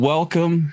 Welcome